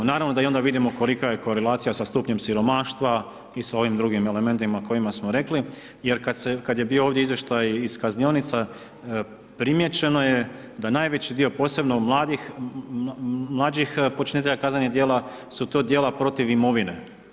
Naravno, da i onda vidimo kolika je korelacija sa stupnjem siromaštva i sa ovim drugim elementima o kojima smo rekli jer kad je bio ovdje izvještaj iz kaznionica, primijećeno je da najveći dio, posebno mladih, mlađih počinitelja kaznenih djela, su to djela protiv imovine.